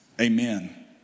amen